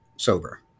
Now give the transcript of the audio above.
sober